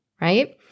right